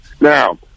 Now